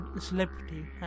celebrity